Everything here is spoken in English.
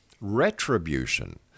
retribution